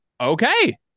okay